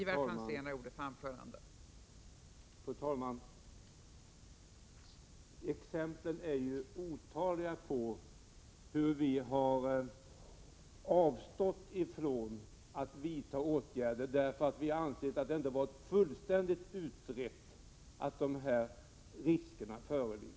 Fru talman! Exemplen är otaliga på hur vi har avstått från att vidta åtgärder därför att vi har ansett att det inte har varit fullständigt utrett att risker förelegat.